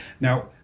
Now